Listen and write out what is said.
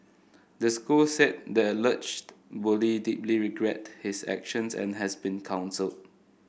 the school said the alleged bully deeply regret his actions and has been counselled